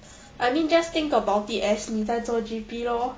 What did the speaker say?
I mean just think about it as 你在做 G_P lor